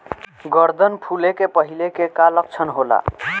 गर्दन फुले के पहिले के का लक्षण होला?